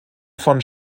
von